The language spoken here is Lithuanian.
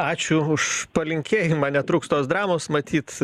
ačiū už palinkėjimą netruks tos dramos matyt